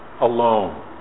alone